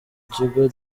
kigo